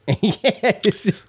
Yes